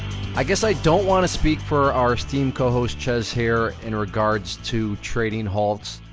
i guess i don't wanna speak for our esteemed co-host, chezz, here in regards to trading halts.